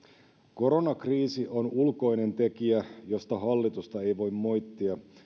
koronakriisi on ulkoinen tekijä josta hallitusta ei voi moittia